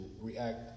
react